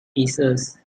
pieces